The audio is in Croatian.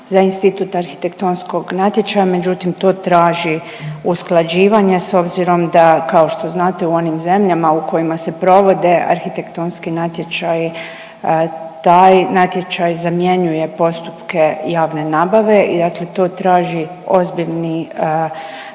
za institut arhitektonskog natječaja, međutim to traži usklađivanje s obzirom da kao što znate u onim zemljama u kojima se provode arhitektonski natječaji taj natječaj zamjenjuje postupke javne nabave i dakle to traži ozbiljno